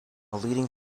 leading